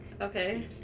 Okay